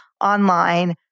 online